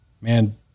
man